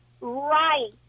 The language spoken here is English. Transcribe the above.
right